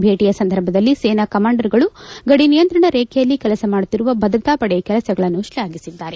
ಭೇಟಿಯ ಸಂದರ್ಭದಲ್ಲಿ ಸೇನಾ ಕಮಾಂಡರ್ಗಳು ಗಡಿನಿಯಂತ್ರಣ ರೇಖೆಯಲ್ಲಿ ಕೆಲಸ ಮಾಡುತ್ತಿರುವ ಭದ್ರತಾಪಡೆ ಕೆಲಸಗಳನ್ನು ಶ್ಲಾಘಿಸಿದ್ದಾರೆ